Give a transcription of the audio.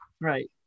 Right